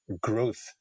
growth